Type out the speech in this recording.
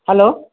hello